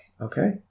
Okay